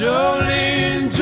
Jolene